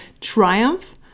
triumph